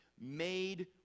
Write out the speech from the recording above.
made